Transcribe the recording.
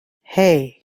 hey